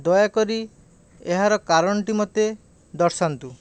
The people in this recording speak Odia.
ଦୟାକରି ଏହାର କାରଣଟି ମୋତେ ଦର୍ଶାନ୍ତୁ